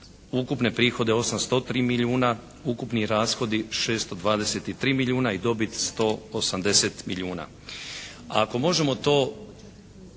ukupne prihode 803 milijuna, ukupni rashodi 623 milijuna i dobit 180 milijuna. Ako možemo to,